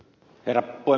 täällä ed